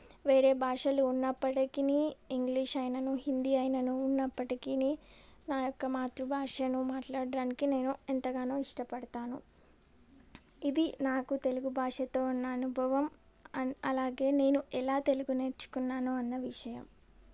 వేరే భాషలు ఉన్నప్పటికీని ఇంగ్లీష్ అయినను హిందీ అయినను ఉన్నప్పటికీని నాయొక్క మాతృభాషను మాట్లాడటానికి నేను ఎంతగానో ఇష్టపడతాను ఇది నాకు తెలుగు భాషతో ఉన్న అనుభవం అండ్ అలాగే నేను ఎలా తెలుగు నేర్చుకున్నానో అన్న విషయం